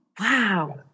Wow